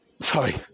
Sorry